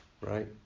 right